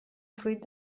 fruit